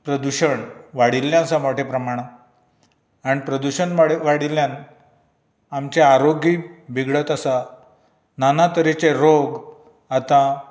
प्रदुशण वाडिल्लें आसा मोट्या प्रमाणांत आनी प्रदुशण वाडिल्ल्यान आमचे आरोग्यय बिगडत आसा ना ना तरेचे रोग आतां